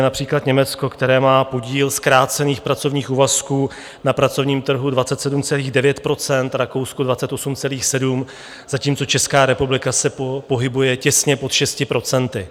Například Německo, které má podíl zkrácených pracovních úvazků na pracovním trhu 27,9 %, Rakousko 28,7 %, zatímco Česká republika se pohybuje těsně pod 6 %.